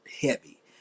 heavy